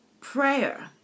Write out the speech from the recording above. prayer